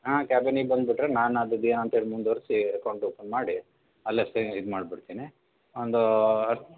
ಹಾಂ ಕಾಬಿನಿಗೆ ಬಂದುಬಿಟ್ರೆ ನಾನು ಅದ್ರದ್ದು ಏನಂಥೇಳಿ ಮುಂದ್ವರೆಸಿ ಎಕೌಂಟ್ ಓಪನ್ ಮಾಡಿ ಅಲ್ಲೇ ಸೈನ್ ಇದು ಮಾಡಿಬಿಡ್ತೀನಿ ಒಂದು ಹತ್ತು